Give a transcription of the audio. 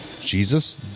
Jesus